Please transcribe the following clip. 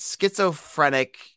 schizophrenic